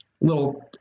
little